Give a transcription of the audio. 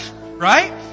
Right